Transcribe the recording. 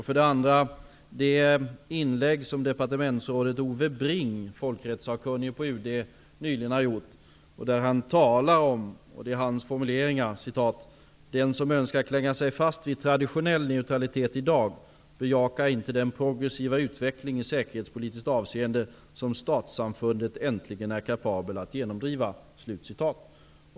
För det andra det inlägg som departementsrådet Ove Bring, folkrättssakkunnig på UD nyligen har gjort, där han talar om: den som önskar klänga sig fast vid traditionell neutralitet i dag bejakar inte den progressiva utveckling i säkerhetspolitiskt avseende som statssamfundet äntligen är kapabel att genomdriva.